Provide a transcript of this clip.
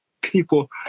people